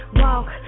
walk